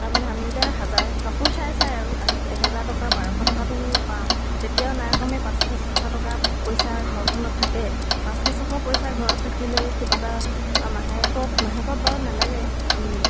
তাৰমানে আমি এতিয়া হাজাৰ কাপোৰ চাই চাই আৰু এহেজাৰ টকা বাৰশ টকাতো পাওঁ তেতিয়াও নাই কমেও পাঁচশ ছশ টকা পইচা ঘৰখনত থাকে পাঁচশ ছশ পইচা ঘৰত থাকিলেও কিবা এটা মাহেকত মাহেকত বাৰু নেলাগে